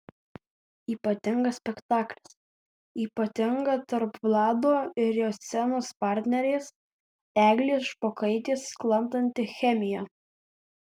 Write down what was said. ypatingas spektaklis ypatinga tarp vlado ir jo scenos partnerės eglės špokaitės sklandanti chemija